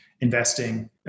investing